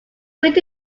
sweet